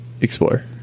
explore